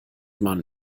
man